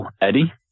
Eddie